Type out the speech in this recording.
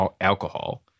alcohol